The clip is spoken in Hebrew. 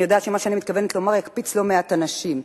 אני יודעת שמה שאני מתכוונת לומר יקפיץ לא מעט אנשים.